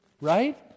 right